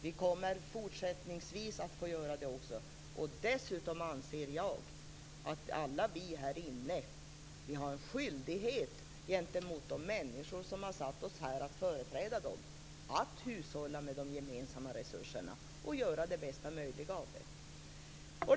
Vi kommer fortsättningsvis att få göra det också. Och dessutom anser jag att alla vi här i kammaren har en skyldighet gentemot de människor som har bestämt att vi skall företräda dem att hushålla med de gemensamma resurserna och att göra det bästa möjliga av det.